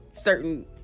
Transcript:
certain